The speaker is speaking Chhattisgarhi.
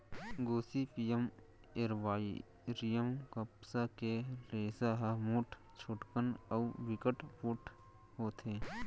गोसिपीयम एरबॉरियम कपसा के रेसा ह मोठ, छोटकन अउ बिकट पोठ होथे